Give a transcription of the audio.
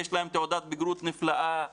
יש להם תעודת בגרות נפלאה.